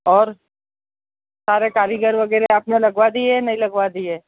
और सारे कारीगर वगैरह आपने लगवा दिए है या नहीं लगवा दिए है